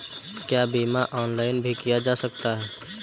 क्या बीमा ऑनलाइन भी किया जा सकता है?